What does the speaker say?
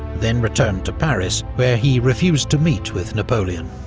then returned to paris, where he refused to meet with napoleon.